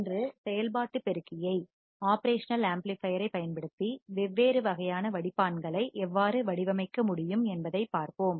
இன்று செயல்பாட்டு பெருக்கியைப் ஒப்ரேஷனல் ஆம்ப்ளிபையர் ஐப் பயன்படுத்தி வெவ்வேறு வகையான வடிப்பான்களை பில்டர்களை எவ்வாறு வடிவமைக்க முடியும் என்பதைப் பார்ப்போம்